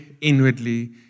inwardly